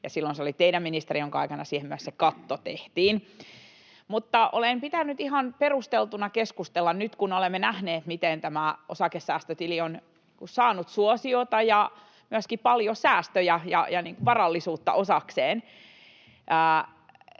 silloin se oli teidän ministerinne, jonka aikana siihen myös se katto tehtiin. Mutta olen pitänyt ihan perusteltuna keskustella siitä — nyt, kun olemme nähneet, miten tämä osakesäästötili on saanut suosiota ja myöskin paljon säästöjä ja varallisuutta osakseen